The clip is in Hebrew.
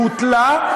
בוטלה,